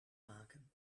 maken